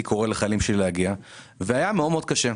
קורא לחיילים שלי להגיע זה היה מאוד קשה.